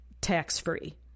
tax-free